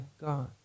God